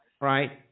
right